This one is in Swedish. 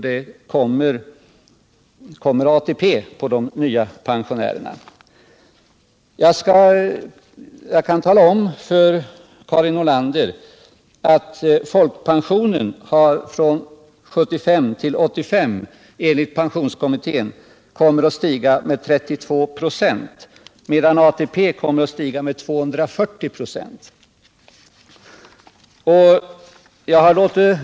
Dessutom tillkommer ATP för de nya pensionärerna. Jag kan tala om för Karin Nordlander att folkpensionen enligt pensionskommittén kommer att stiga från 1975 till 1985 med 32 96, medan ATP kommer att stiga med 240 96.